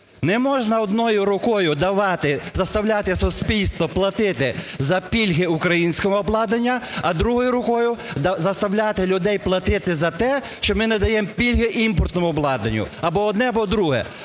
Не можна одною рукою давати, заставляти суспільство платити за пільги українського обладнання, а другою рукою заставляти людей платити за те, що ми надаємо пільги імпортному обладнанню. Або одне, або друге.